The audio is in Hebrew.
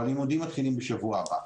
אבל הלימודים מתחילים בשבוע הבא.